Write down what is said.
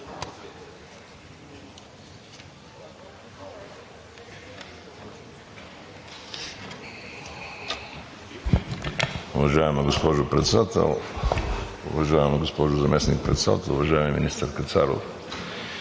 Уважаема госпожо Председател, уважаема госпожо Заместник-председател, уважаеми министър Кацаров,